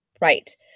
Right